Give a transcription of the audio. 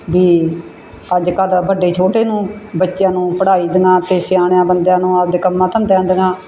ਵੀ ਅੱਜ ਕੱਲ੍ਹ ਵੱਡੇ ਛੋਟੇ ਨੂੰ ਬੱਚਿਆਂ ਨੂੰ ਪੜ੍ਹਾਈ ਦੀਆਂ ਅਤੇ ਸਿਆਣਿਆ ਬੰਦਿਆਂ ਨੂੰ ਆਪਣੇ ਕੰਮਾਂ ਧੰਦਿਆਂ ਦੀਆਂ